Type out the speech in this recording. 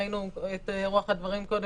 ראינו את רוח הדברים קודם,